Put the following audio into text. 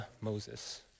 Moses